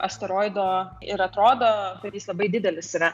asteroido ir atrodo kad jis labai didelis yra